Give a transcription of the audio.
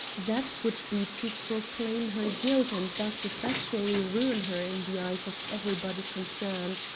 that would be to proclaim her guilt and thus effectually ruin her in the eyes of everybody concerned.